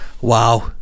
wow